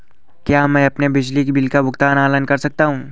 क्या मैं अपने बिजली बिल का भुगतान ऑनलाइन कर सकता हूँ?